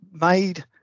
made